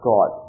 God